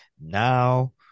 now